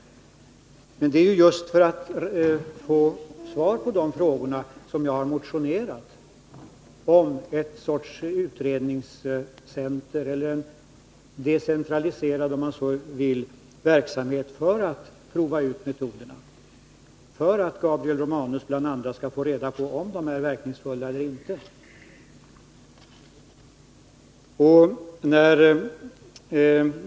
Men det är ju just för att få svar på dessa frågor som jag har motionerat om en sorts utredningscenter eller — om man så vill — en decentraliserad verksamhet för att pröva metoderna i syfte att bl.a. Gabriel Romanus skall få reda på om de är verkningsfulla eller inte.